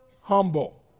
humble